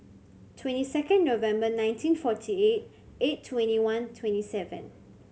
twenty second November nineteen forty eight eight twenty one twenty seven